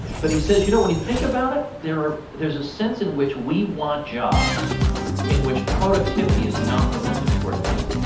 but he says, you know, when you think about it, there are. there's a sense in which we want jobs in which productivity is not the most important thing.